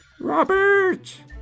Robert